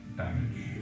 damage